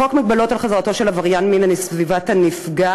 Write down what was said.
חוק מגבלות על חזרתו של עבריין מין לסביבת הנפגע